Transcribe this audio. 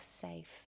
safe